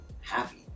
happy